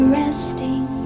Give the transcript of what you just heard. resting